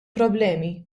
problemi